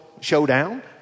showdown